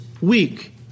week